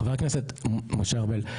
חבר הכנסת משה ארבל,